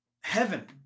heaven